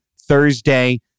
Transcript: Thursday